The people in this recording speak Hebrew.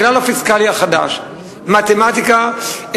הכלל הפיסקלי החדש; מתמטיקה,